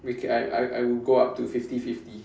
we can I I I will go up to fifty fifty